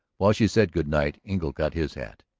while she said good night engle got his hat.